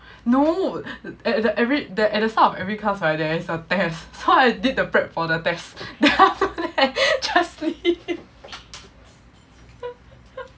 no the the at the start of every class right there's a test so I did the prep for then after that just leave